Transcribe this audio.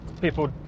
people